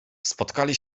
spotkali